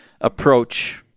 approach